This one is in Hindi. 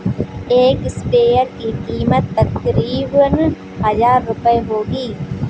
एक स्प्रेयर की कीमत तकरीबन हजार रूपए होगी